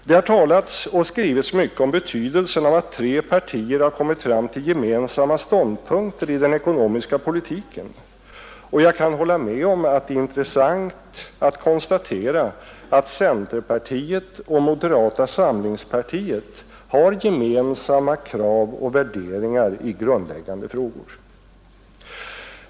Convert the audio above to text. Det har talats och skrivits mycket om betydelsen av att tre partier har kommit fram till gemensamma ståndpunkter i den ekonomiska politiken, och jag kan hålla med om att det är intressant att konstatera, att centerpartiet och moderata samlingspartiet har gemensamma krav och värderingar i grundläggande frågor.